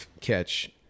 catch